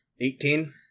Eighteen